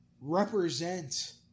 represent